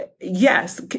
yes